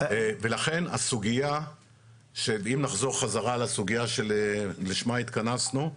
לכן, אם נחזור חזרה לסוגיה שלשמה התכנסנו,